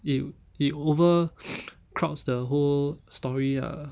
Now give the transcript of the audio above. it it over crowds the whole story ah